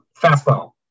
fastball